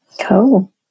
Cool